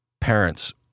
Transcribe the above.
parents